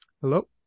Hello